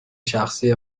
شخصی